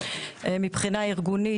מבחינה ארגונית,